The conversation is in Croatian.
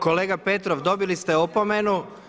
Kolega Petrov dobili ste opomenu.